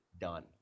done